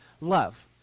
Love